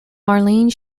marlene